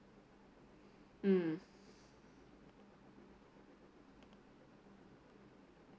mm